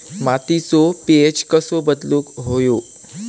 मातीचो पी.एच कसो बदलुक होयो?